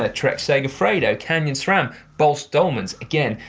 ah trek-segafredo, canyon sram, boels-dohmans, again,